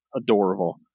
adorable